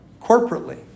corporately